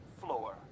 floor